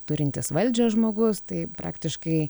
turintis valdžią žmogus tai praktiškai